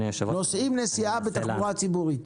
נוסעים נסיעה בתחבורה הציבורית.